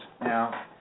Now